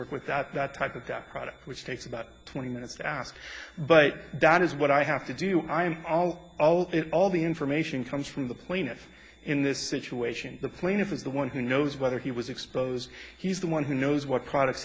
work with that that type of guy product which takes about twenty minutes to ask but that is what i have to do i'm all in all the information comes from the plaintiff in this situation the plaintiff is the one who knows whether he was exposed he's the one who knows what product